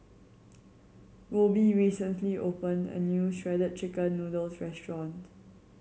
Roby recently opened a new Shredded Chicken Noodles restaurant